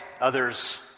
others